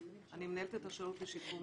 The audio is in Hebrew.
אני מנהלת את השירות לשיקום נוער.